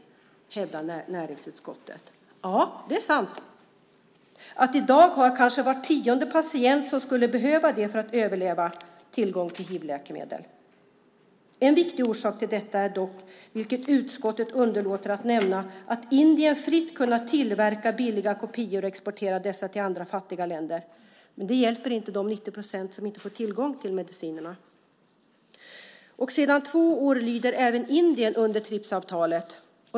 Det hävdar näringsutskottet. Ja, det är sant att i dag har kanske var tionde patient som skulle behöva det för att överleva tillgång till hivläkemedel. En viktig orsak till detta är dock, vilket utskottet underlåter att nämna, att Indien fritt har kunnat tillverka billiga kopior och exportera dessa till andra fattiga länder. Men det hjälper inte de 90 procent som inte får tillgång till de nödvändiga medicinerna. Och sedan två år lyder även Indien under TRIPS-avtalet.